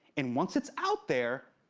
and once it's out there,